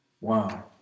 Wow